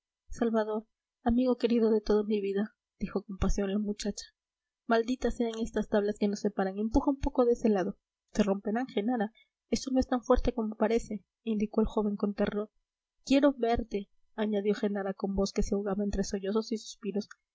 salvador amigo querido de toda mi vida dijo con pasión la muchacha malditas sean estas tablas que nos separan empuja un poco de ese lado se romperán genara esto no es tan fuerte como parece indicó el joven con terror quiero verte añadió genara con voz que se ahogaba entre sollozos y suspiros